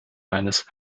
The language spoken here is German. eines